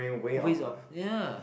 ways of yeah